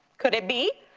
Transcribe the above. could it be?